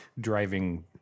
driving